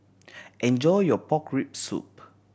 enjoy your pork rib soup